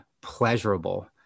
pleasurable